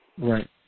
Right